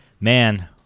man